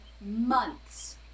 months